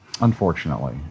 Unfortunately